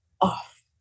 off